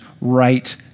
right